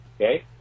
Okay